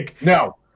no